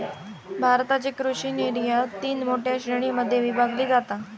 भारताची कृषि निर्यात तीन मोठ्या श्रेणीं मध्ये विभागली जाता